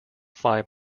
five